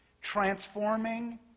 transforming